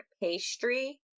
pastry